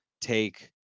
take